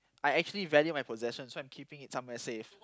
I actually value my possession so I'm keeping it somewhere safe